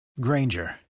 Granger